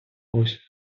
ось